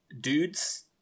dudes